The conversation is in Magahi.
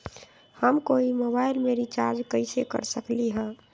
हम कोई मोबाईल में रिचार्ज कईसे कर सकली ह?